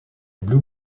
blue